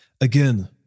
Again